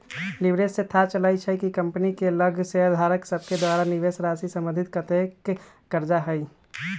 leverage से थाह चलइ छइ कि कंपनी के लग शेयरधारक सभके द्वारा निवेशराशि संबंधित कतेक करजा हइ